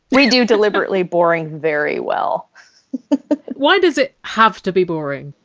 we do deliberately boring very well why does it have to be boring?